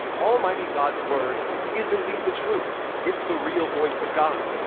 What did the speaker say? almighty god's word is indeed the truth. it's the real voice of god.